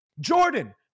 Jordan